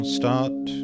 start